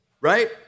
Right